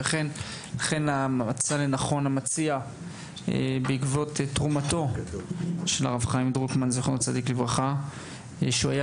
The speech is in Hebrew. לכן מצא לנכון המציע בעקבות תרומתו של הרב חיים דרוקמן זצ"ל שהוא היה